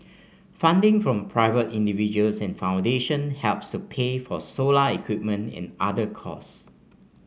funding from private individuals and foundation helps to pay for solar equipment and other cost